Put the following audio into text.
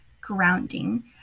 grounding